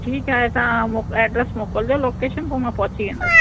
ठीकु आहे तव्हां मो एड्रेस मोकिलिजो लोकेशन पोइ मां पहुची वेंदसि